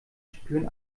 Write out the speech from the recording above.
spüren